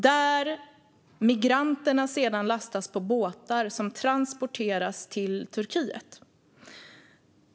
Därefter lastas migranterna på båtar som transporteras till Turkiet.